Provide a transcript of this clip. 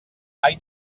mai